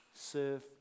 Serve